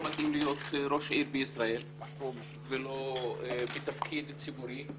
לא מתאים להיות ראש עיר בישראל ולא בתפקיד ציבורי.